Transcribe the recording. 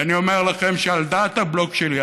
ואני אומר לכם שעל דעת הבלוק שלי,